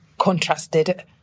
contrasted